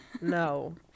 No